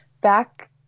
back